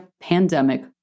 pandemic